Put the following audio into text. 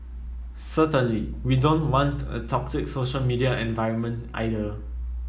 certainly we don't want a toxic social media environment either